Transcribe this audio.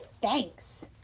Thanks